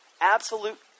absolute